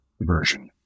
version